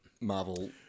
Marvel